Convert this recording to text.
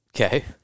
Okay